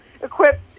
equipped